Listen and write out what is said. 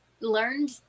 learned